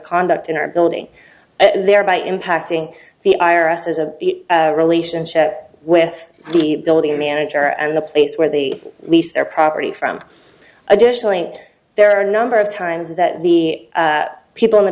conduct in our building and thereby impacting the i r s as a relationship with the building manager and the place where the lease their property from additionally there are a number of times that the people in the